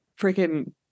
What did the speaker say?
freaking